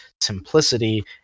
simplicity